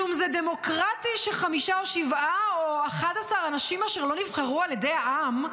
"כלום זה דמוקרטי שחמישה או שבעה או 11 אנשים אשר לא נבחרו על ידי העם,